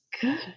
good